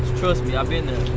trust me, i've been there.